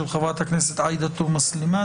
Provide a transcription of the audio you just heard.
של חה"כ עאידה תומא סלימאן,